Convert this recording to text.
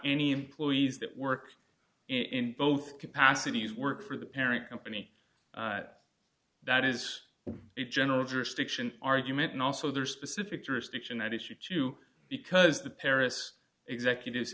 any employees that work in both capacities work for the parent company that is its general jurisdiction argument and also their specific jurisdiction at issue two because the paris executives